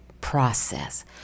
process